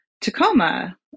Tacoma